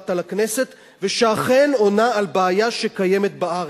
באת לכנסת ושאכן עונה על בעיה שקיימת בארץ.